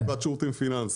חברת שירותים פיננסיים.